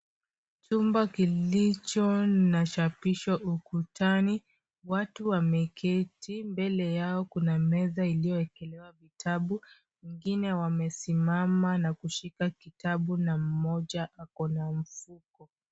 Chumba kilicho na chapisho ukutani. Watu wameketi ,mbele yao kuna meza iliyowekelewa vitabu. Wengine wamesimama na kushika kitabu na mmoja ako na mfuko.